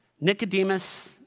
Nicodemus